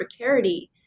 precarity